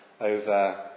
Over